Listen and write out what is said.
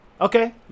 Okay